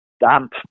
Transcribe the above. Damp